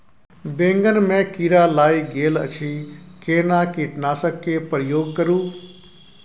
बैंगन में कीरा लाईग गेल अछि केना कीटनासक के प्रयोग करू?